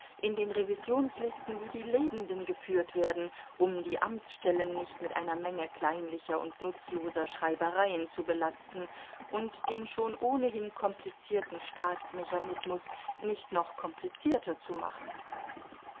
in den revisionslisten wie die lebenden geführt werden um die amtsstellen nicht mit einer menge kleinlicher und nutzloser schreibereien zu belasten und den schon ohnehin komplizierten staatsmechanismus nicht noch komplizierter zu machen